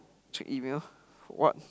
check email for what